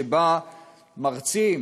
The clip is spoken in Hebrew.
שבה מרצים,